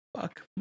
fuck